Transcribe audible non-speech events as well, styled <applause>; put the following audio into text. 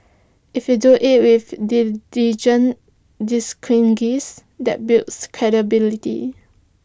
if you do IT with dignity <unintelligible> that builds credibility